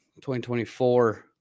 2024